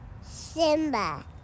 simba